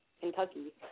Kentucky